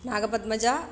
नागपद्मजा